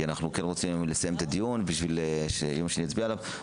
כי אנחנו כן רוצים לסיים את הדיון בשביל שיום שני נצביע עליו,